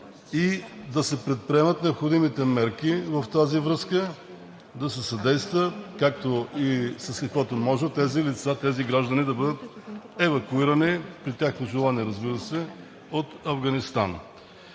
да се предприемат необходимите мерки в тази връзка да се съдейства, както и с каквото може тези лица, тези граждани да бъдат евакуирани при тяхно желание, разбира се, от Афганистан.